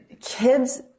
Kids